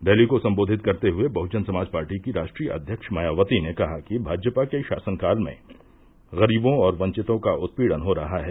rally को सम्बोधित करते हुये बहुजन समाज पार्टी की राष्ट्रीय अध्यक्ष मायावती ने कहा कि भाजपा के शासनकाल में गरीबों और वंचितों का उत्पीड़न हो रहा है